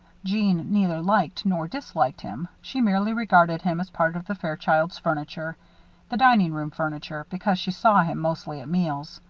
jeanne neither liked nor disliked him. she merely regarded him as part of the fairchilds' furniture the dining-room furniture, because she saw him mostly at meals.